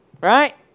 Right